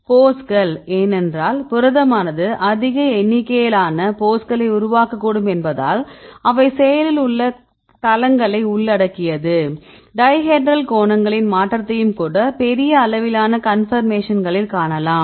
போஸ்கள் ஏனென்றால் புரதமானது அதிக எண்ணிக்கையிலான போஸ்களை உருவாக்கக்கூடும் என்பதால் அவை செயலில் உள்ள தளங்களை உள்ளடக்கியது டைஹெட்ரல் கோணங்களின் மாற்றத்தையும் கூட பெரிய அளவிலான கன்பர்மேஷன்களில் காணலாம்